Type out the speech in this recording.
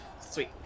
Sweet